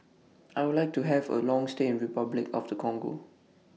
I Would like to Have A Long stay in Republic of The Congo